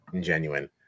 genuine